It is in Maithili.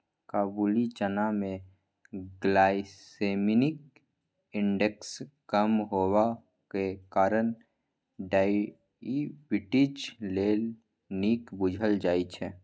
काबुली चना मे ग्लाइसेमिक इन्डेक्स कम हेबाक कारणेँ डायबिटीज लेल नीक बुझल जाइ छै